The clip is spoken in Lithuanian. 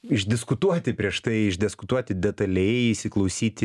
išdiskutuoti prieš tai išdiskutuoti detaliai įsiklausyti